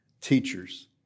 teachers